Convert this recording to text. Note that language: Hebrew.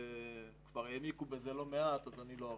כבר העמיקו בזה לא מעט ואני לא ארחיב.